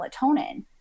melatonin